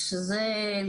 התש"ף-2020,